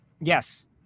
Yes